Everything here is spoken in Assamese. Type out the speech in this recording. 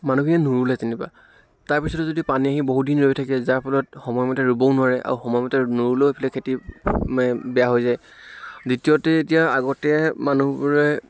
মানুহখিনিয়ে নোৰোলে যেনিবা তাৰ পিছতো যদি পানী আহি বহুদিন ৰৈ থাকে যাৰ ফলত সময়মতে ৰোবও নোৱাৰে আৰু সময়মতে নোৰোলেও ইফালে খেতি মানে বেয়া হৈ যায় দ্বিতীয়তে এতিয়া আগতে মানুহবোৰে